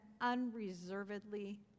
unreservedly